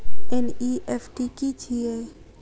NEFT की छीयै?